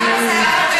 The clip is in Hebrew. אני רק,